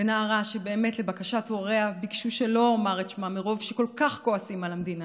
נערה שהוריה ביקשו שלא אומר את שמה מרוב שהם כל כך כועסים על המדינה,